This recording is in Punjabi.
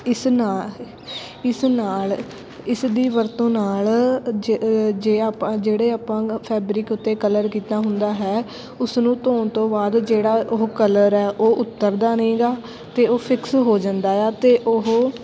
ਇਸ ਨਾਲ ਇਸ ਨਾਲ ਇਸ ਦੀ ਵਰਤੋਂ ਨਾਲ ਜ ਜੇ ਆਪਾਂ ਜਿਹੜੇ ਆਪਾਂ ਫੈਬਰਿਕ ਉੱਤੇ ਕਲਰ ਕੀਤਾ ਹੁੰਦਾ ਹੈ ਉਸਨੂੰ ਧੋਣ ਤੋਂ ਬਾਅਦ ਜਿਹੜਾ ਉਹ ਕਲਰ ਹੈ ਉਹ ਉੱਤਰਦਾ ਨਹੀਂ ਗਾ ਅਤੇ ਉਹ ਫਿਕਸ ਹੋ ਜਾਂਦਾ ਆ ਅਤੇ ਉਹ